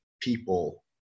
people